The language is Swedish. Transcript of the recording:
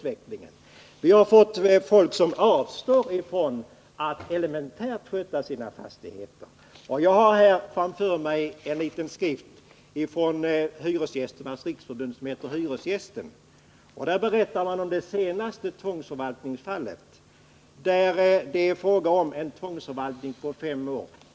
Fastighetsägare har börjat avstå från den mest elementära skötsel av sina fastigheter. Jag har framför mig en liten skrift från Hyresgästernas riksförbund, Hyresgästen. I den berättar man om det senaste tvångsförvaltningsfallet. Fastigheten är ekonomiskt helt utsugen.